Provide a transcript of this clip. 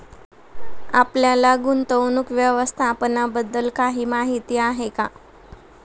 आपल्याला गुंतवणूक व्यवस्थापनाबद्दल काही माहिती आहे का?